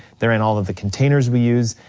they're in all of the containers we use,